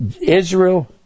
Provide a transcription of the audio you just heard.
Israel